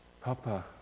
Papa